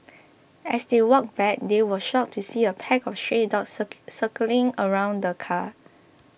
as they walked back they were shocked to see a pack of stray dogs circling around the car